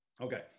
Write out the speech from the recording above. Okay